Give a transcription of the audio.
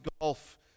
Golf